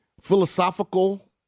philosophical